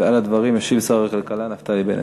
על הדברים ישיב שר הכלכלה נפתלי בנט.